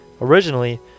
originally